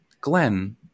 Glenn